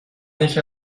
یکی